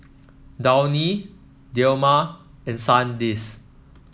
Downy Dilmah and Sandisk